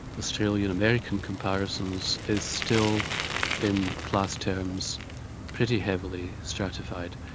australian, american comparisons, is still in class terms pretty heavily stratified.